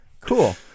Cool